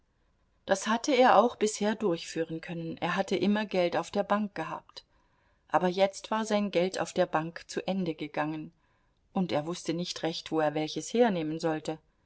das hatte er auch bisher durchführen können er hatte immer geld auf der bank gehabt aber jetzt war sein geld auf der bank zu ende gegangen und er wußte nicht recht wo er welches hernehmen sollte